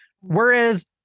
Whereas